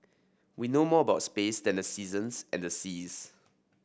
we know more about space than the seasons and the seas